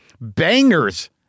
bangers